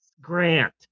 Grant